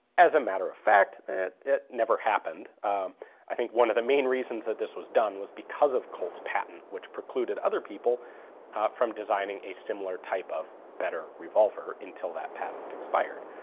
as a matter of fact it never happened i think one of the main reasons that this was done was because of colt's patent, which precluded other people from designing a similar type of better revolver until that patent expired.